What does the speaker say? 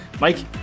Mike